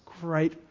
great